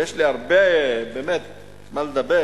ויש לי הרבה מה לדבר